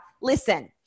Listen